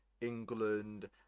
England